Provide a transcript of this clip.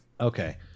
Okay